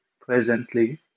presently